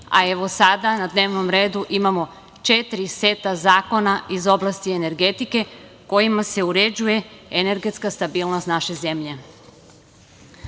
a sada na dnevnom redu imamo četiri seta zakona iz oblasti energetike kojima se uređuje energetska stabilnost naše